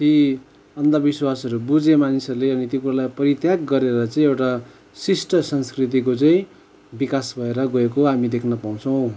ती अन्धविश्ववासहरू बुझे मानिसहरूले अनि ती कुराहरूलाई परित्याग गरेर चाहिँ एउटा सिष्ट संस्कृतिको चाहिँ विकास भएर गएको हामीले देख्न पाउँछौँ